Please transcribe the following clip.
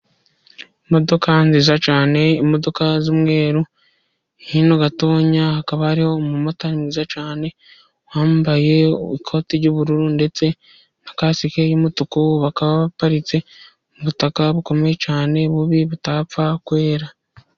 Imodoka nziza cyane imodoka z'umweru, hino gatoya hakaba hariho umumotari mwiza cyane wambaye ikoti ry'ubururu ndetse na kasike y'umutuku, bakaba baparitse mu butaka bukomeye cyane bubi butapfa kwera.